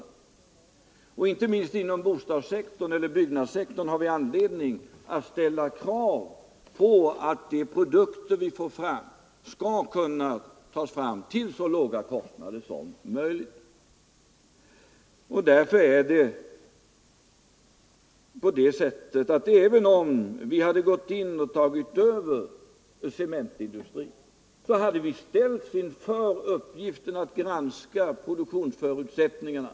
— Nr 131 Inte minst inom byggnadssektorn har vi anledning att ställa krav på Fredagen den att produkterna framställs till så låga kostnader som möjligt. Och även 29 november 1974 om vi hade tagit över cementindustrin hade vi ställts inför uppgiften = att granska produktionsförutsättningarna.